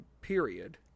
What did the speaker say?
period